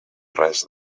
res